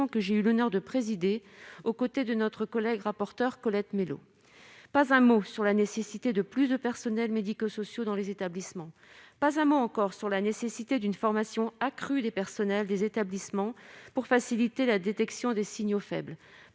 que j'ai eu l'honneur de présider aux côtés de notre collègue rapporteure Colette Mélot. Pas un mot sur la nécessité de plus de personnels médico-sociaux dans les établissements ; pas un mot non plus sur la nécessité d'une formation accrue des personnels des établissements pour faciliter la détection des signaux faibles